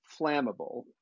flammable